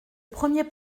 premier